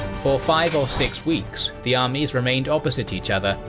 for five or six weeks the armies remained opposite each other,